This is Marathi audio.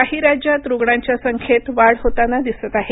काही राज्यात रुग्णांच्या संख्येत वाढ होताना दिसत आहे